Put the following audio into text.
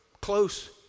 close